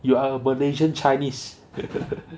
you are a malaysian chinese